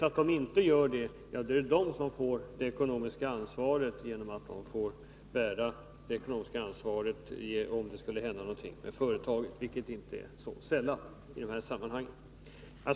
Gör de inte det får de bära det ekonomiska ansvaret om det skulle hända någonting med företaget, vilket inte så sällan inträffar.